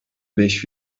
beş